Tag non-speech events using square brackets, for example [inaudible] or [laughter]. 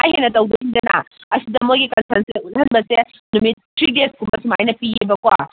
[unintelligible] ꯇꯧꯗꯣꯏꯅꯤꯗꯅ ꯑꯁꯤꯗ ꯃꯣꯏꯒꯤ ꯀꯟꯁꯔ꯭ꯠꯁꯦ ꯎꯠꯍꯟꯕꯁꯦ ꯅꯨꯃꯤꯠ ꯊ꯭ꯔꯤ ꯗꯦꯁꯀꯨꯝꯕ ꯁꯨꯃꯥꯏꯅ ꯄꯤꯑꯦꯕꯀꯣ